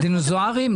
על דינוזאורים?